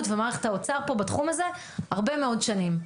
ומערכת האוצר פה בתחום הזה הרבה מאוד שנים.